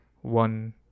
one